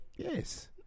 Yes